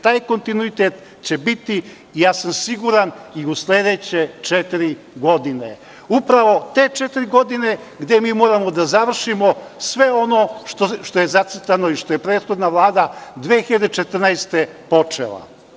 Taj kontinuitet će biti, ja sam siguran, i u sledeće četiri godine, upravo te četiri godine, gde mi moramo da završimo sve ono što je zacrtano i što je prethodna Vlada 2014. godine počela.